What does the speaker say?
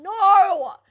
No